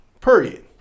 Period